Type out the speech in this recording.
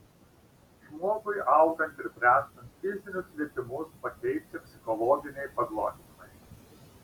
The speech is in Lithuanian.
žmogui augant ir bręstant fizinius lietimus pakeičia psichologiniai paglostymai